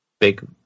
big